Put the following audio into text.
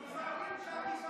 מה מסתכלים?